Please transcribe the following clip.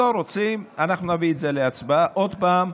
לא רוצים, אנחנו נביא את זה להצבעה עוד פעם.